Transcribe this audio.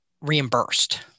reimbursed